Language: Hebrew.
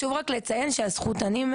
הם ב-13 שפות.